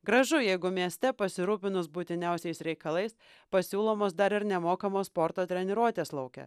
gražu jeigu mieste pasirūpinus būtiniausiais reikalais pasiūlomos dar ir nemokamos sporto treniruotės lauke